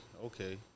Okay